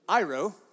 iro